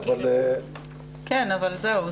אבל --- כן אבל זהו,